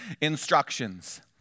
instructions